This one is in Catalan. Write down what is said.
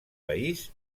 país